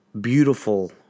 beautiful